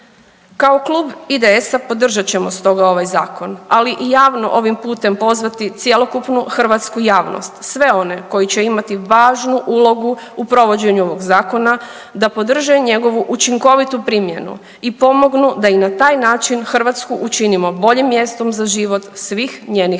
Kao klub IDS-a podržat ćemo stoga ovaj zakon, ali i javno ovim putem pozvati cjelokupnu hrvatsku javnost, sve one koji će imati važnu ulogu u provođenju ovog zakona da podrže njegovu učinkovitu primjenu i pomognu da i na taj način Hrvatsku učinimo boljim mjestom za život svih njenih građana